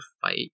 fight